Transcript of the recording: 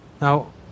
Now